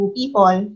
people